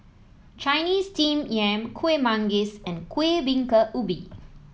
Chinese Steamed Yam Kuih Manggis and Kueh Bingka Ubi